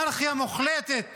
אנרכיה מוחלטת